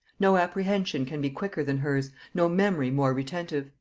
no apprehension can be quicker than her's, no memory more retentive.